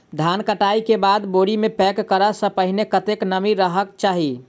धान कटाई केँ बाद बोरी मे पैक करऽ सँ पहिने कत्ते नमी रहक चाहि?